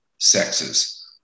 sexes